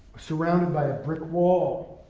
surrounded by a brick wall,